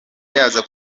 yaza